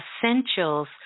essentials